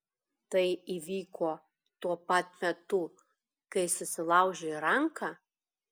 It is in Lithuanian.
tai įvyko tuo pat metu kai susilaužei ranką